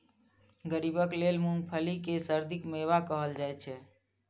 गरीबक लेल मूंगफली कें सर्दीक मेवा कहल जाइ छै